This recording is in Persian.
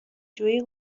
جویی